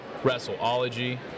Wrestleology